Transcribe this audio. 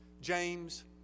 James